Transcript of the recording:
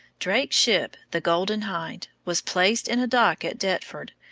drake's ship, the golden hind, was placed in a dock at deptford,